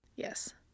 Yes